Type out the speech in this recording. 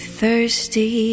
thirsty